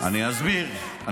אני אסביר.